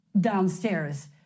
downstairs